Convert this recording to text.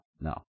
no